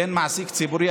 בין מעסיק ציבורי,